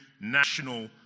national